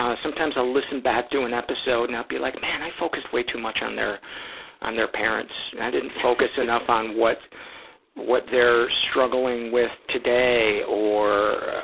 ah sometimes i'll listen back to an episode and i'll be like, man i focused way too much on their on their parents. and i didn't focus enough on what what their struggling with today or